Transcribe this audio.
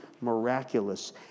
miraculous